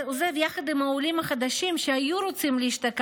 עוזב יחד עם העולים החדשים שהיו רוצים להשתקע